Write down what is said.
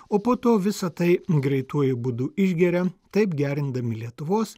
o po to visa tai greituoju būdu išgeria taip gerindami lietuvos